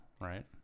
right